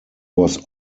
was